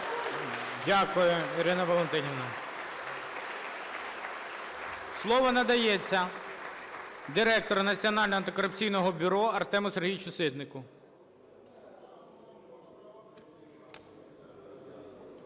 Дякую, Ірина Валентинівна. Слово надається Директору Національного антикорупційного бюро Артему Сергійовичу Ситнику.